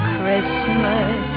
Christmas